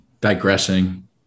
digressing